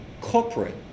corporate